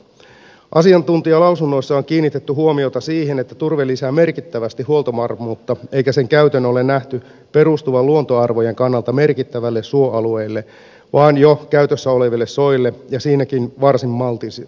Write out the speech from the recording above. asiantuntijalausunnoissa on kiinnitetty huomiota siihen että turve lisää merkittävästi huoltovarmuutta eikä sen käytön ole nähty perustuvan luontoarvojen kannalta merkittäville suoalueille vaan jo käytössä oleville soille ja siinäkin varsin maltillisesti